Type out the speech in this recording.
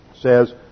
says